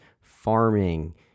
farming